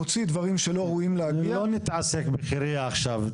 מוציא דברים שלא אמורים להגיע לא נתעסק בחירייה עכשיו,